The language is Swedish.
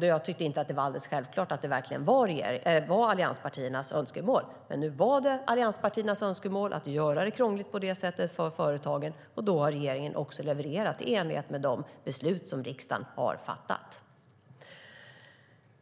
Jag tyckte inte att det var självklart att det verkligen var allianspartiernas önskemål. Men nu var det allianspartiernas önskemål att göra det krångligt för företagen på det sättet. Och regeringen har levererat i enlighet med de beslut som riksdagen har fattat.